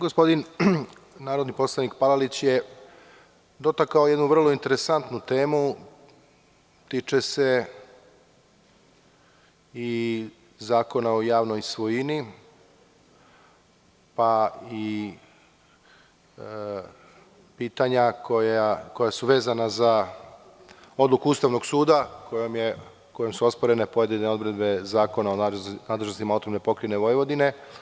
Gospodin narodni poslanik Palalić je dotakao jednu vrlo interesantnu temu tiče se i Zakona o javnoj svojini pa i pitanja koja su vezana za odluku Ustavnog suda kojom su osporena pojedine odredbe Zakona o nadležnostima AP Vojvodine.